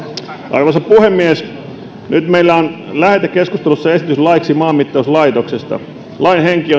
arvoisa puhemies nyt meillä on lähetekeskustelussa esitys laiksi maanmittauslaitoksesta lain henki